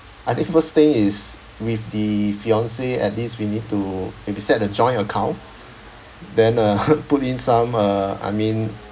I think first thing is with the fiance at least we need to if we set a joint account then uh put in some uh I mean